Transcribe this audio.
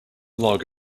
log